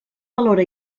valora